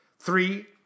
Three